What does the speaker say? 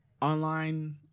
online